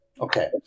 Okay